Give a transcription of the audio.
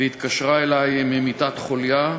והיא התקשרה אלי ממיטת חולייה,